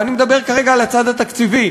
ואני מדבר כרגע על הצד התקציבי,